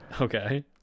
Okay